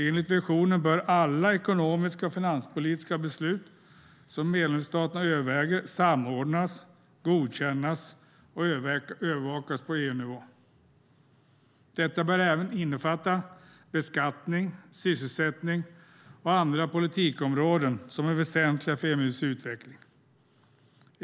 Enligt visionen bör alla ekonomiska och finanspolitiska beslut som medlemsstaterna överväger samordnas, godkännas och övervakas på EU-nivå. Detta bör även innefatta beskattning, sysselsättning och andra politikområden som är väsentliga för EMU:s utveckling.